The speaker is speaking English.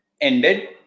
ended